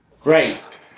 Great